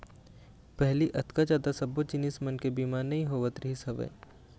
पहिली अतका जादा सब्बो जिनिस मन के बीमा नइ होवत रिहिस हवय